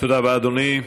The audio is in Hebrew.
תודה רבה, אדוני.